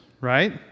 right